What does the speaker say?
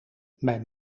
mijn